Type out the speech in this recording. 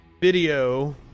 video